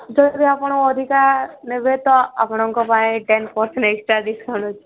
ଯଦି ଆପଣ ଅଧିକା ନେବେ ତ ଆପଣଙ୍କ ପାଇଁ ଟେନ୍ ପର୍ସେଣ୍ଟ ଏକ୍ସଟ୍ରା ଡିସ୍କାଉଣ୍ଟ୍ ଅଛି